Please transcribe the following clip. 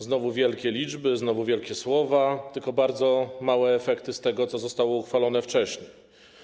Znowu wielkie liczby, znowu wielkie słowa, tylko bardzo małe efekty tego, co zostało uchwalone wcześniej.